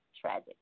Tragic